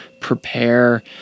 prepare